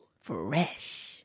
Fresh